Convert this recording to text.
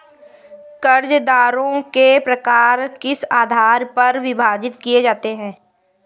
कर्जदारों के प्रकार किस आधार पर विभाजित किए जाते हैं?